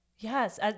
yes